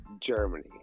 Germany